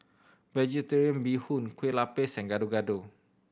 Vegetarian Bee Hoon Kueh Lapis and Gado Gado